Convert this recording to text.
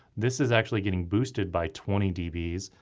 this is actually getting boosted by twenty dbs,